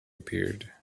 appeared